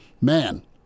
man